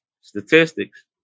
statistics